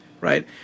right